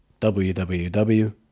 www